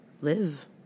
live